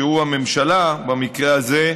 שהוא הממשלה במקרה הזה,